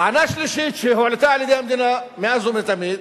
טענה שלישית שהועלתה על-ידי המדינה מאז ומתמיד,